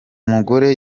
mugore